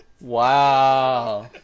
Wow